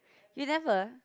you never